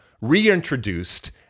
reintroduced